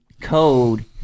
code